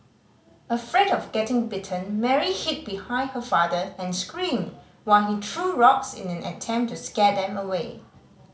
afraid of getting bitten Mary hid behind her father and screamed while he threw rocks in an attempt to scare them away